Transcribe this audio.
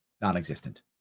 non-existent